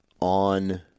on